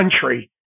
country